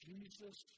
Jesus